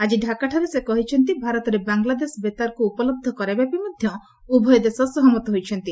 ଆଜି ଡାକାଠାରେ ସେ କହିଛନ୍ତି ଭାରତରେ ବାଂଲାଦେଶ ବେତାର କୁ ଉପଲହ୍ଧ କରାଇବା ପାଇଁ ମଧ୍ୟ ଉଭୟ ଦେଶ ସହମତ ହୋଇଛନ୍ତି